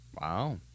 Wow